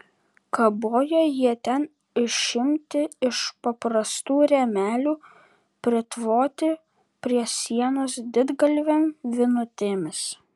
kabojo jie ten išimti iš paprastų rėmelių pritvoti prie sienos didgalvėm vinutėmis